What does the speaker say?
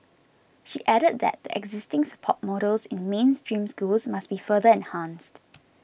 she added that the existing support models in mainstream schools must be further enhanced